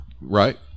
Right